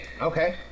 Okay